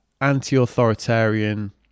anti-authoritarian